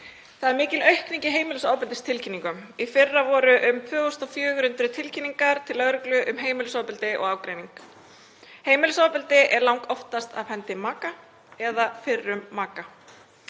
Það er mikil aukning í heimilisofbeldistilkynningum. Í fyrra voru um 2.400 tilkynningar til lögreglu um heimilisofbeldi og ágreining. Heimilisofbeldi er langoftast af hendi maka eða fyrrum maka.